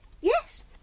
Yes